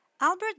Albert